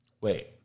Wait